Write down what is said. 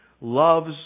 loves